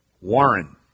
Warren